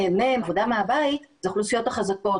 מעבודה מהבית זה האוכלוסיות החזקות,